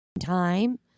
time